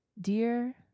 Dear